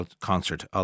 concert